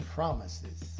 Promises